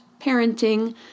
parenting